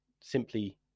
simply